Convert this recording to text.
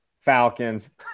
Falcons